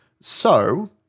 So-